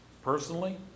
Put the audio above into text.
Personally